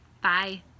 Bye